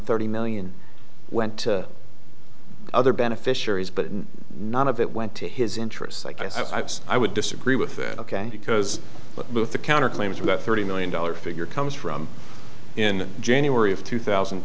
thirty million went to other beneficiaries but none of it went to his interests like i said i would disagree with that ok because both the counter claims about thirty million dollars figure comes from in january of two thousand